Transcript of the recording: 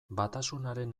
batasunaren